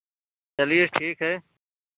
चलिए ठीक है